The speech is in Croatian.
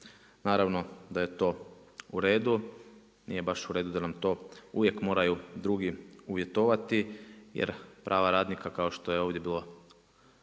Naravno da je to u redu, nije baš u redu da nam to uvijek moraju drugi uvjetovati, jer prava radnika, kao što je ovdje bilo